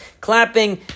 clapping